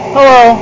Hello